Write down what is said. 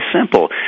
simple